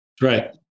Right